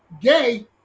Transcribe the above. gay